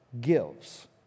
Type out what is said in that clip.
gives